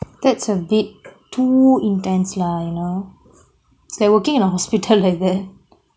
that's a bit too intense lah you know is like working in a hospital like that